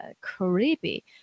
Creepy